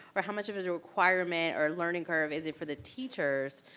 or how much of it is a requirement or learning curve is it for the teachers,